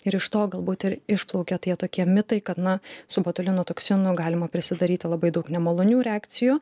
ir iš to galbūt ir išplaukia tie tokie mitai kad na su botulino toksinu galima prisidaryti labai daug nemalonių reakcijų